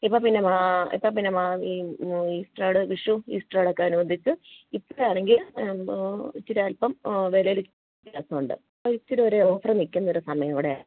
ഇപ്പോൾ പിന്നെ മാ ഇപ്പോൾ പിന്നെ മാ ഈ ഈസ്റ്ററോട് വിഷു ഈസ്റ്റർ അടുക്ക അനുബന്ധിച്ച് ഇപ്പോഴാണെങ്കിൽ എന്തോ ഇച്ചിരി അല്പം വിലയിൽ വ്യത്യാസം ഉണ്ട് ഇത്തിരി ഒരു ഓഫർ നില്ക്കുന്നൊരു സമയം കൂടിയാണ്